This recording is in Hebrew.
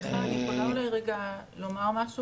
אני יכולה אולי רגע לומר משהו?